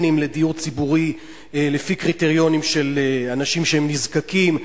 בין אם לדיור ציבורי לפי קריטריונים של אנשים שהם נזקקים,